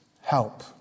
help